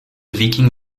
viking